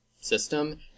system